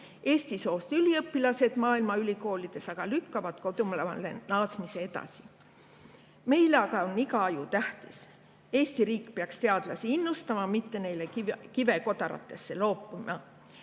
Eesti soost üliõpilased maailma ülikoolides aga lükkavad kodumaale naasmise edasi. Meile on ju iga aju tähtis. Eesti riik peaks teadlasi innustama, mitte neile kive kodaratesse loopima.